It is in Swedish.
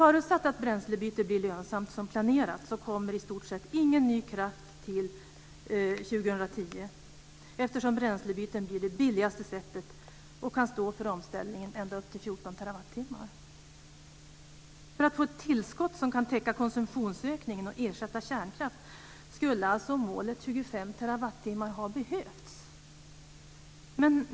Förutsatt att bränslebyte blir lönsamt som planerat kommer i stort sett ingen ny kraft till år 2010, eftersom bränslebyte blir det billigaste sättet och kan stå för omställningen ända upp till 14 terawattimmar. För att få ett tillskott som kan täcka konsumtionsökningen och ersätta kärnkraft skulle alltså målet 25 terawattimmar ha behövts.